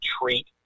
treat